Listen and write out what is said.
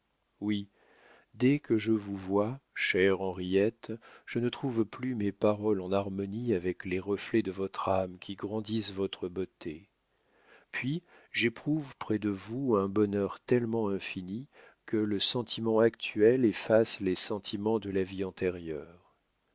oui dès que je vous vois chère henriette je ne trouve plus mes paroles en harmonie avec les reflets de votre âme qui grandissent votre beauté puis j'éprouve près de vous un bonheur tellement infini que le sentiment actuel efface les sentiments de la vie antérieure